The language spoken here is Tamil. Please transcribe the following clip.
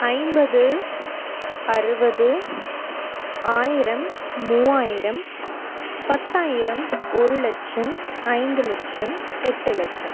ஐம்பது அறுபது ஆயிரம் மூவாயிரம் பத்தாயிரம் ஒரு லட்சம் ஐந்து லட்சம் எட்டு லட்சம்